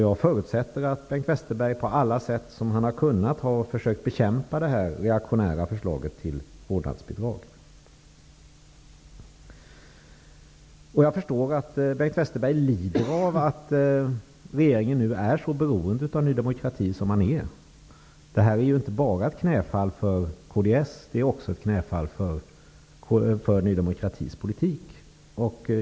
Jag förutsätter att Bengt Westerberg på alla sätt har försökt bekämpa det reaktionära förslaget om vårdnadsbidrag. Jag förstår också att Bengt Westerberg lider av att regeringen nu är så beroende av Ny demokrati som den är. Det är ju inte bara ett knäfall för kds utan också för Ny demokratis politik.